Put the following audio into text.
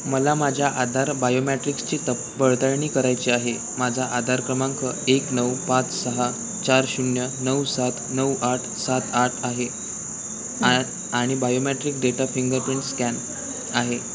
मला माझ्या आधार बायोमॅट्रिक्सची तब पडताळणी करायची आहे माझा आधार क्रमांक एक नऊ पाच सहा चार शून्य नऊ सात नऊ आठ सात आठ आहे आ आणि बायोमॅट्रिक डेटा फिंगरप्रिंट स्कॅन आहे